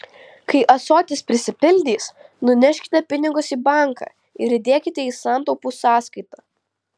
kai ąsotis prisipildys nuneškite pinigus į banką ir įdėkite į santaupų sąskaitą